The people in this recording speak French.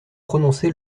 prononcé